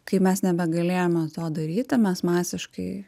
kai mes nebegalėjome to daryti mes masiškai